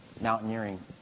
mountaineering